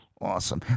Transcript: Awesome